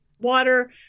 water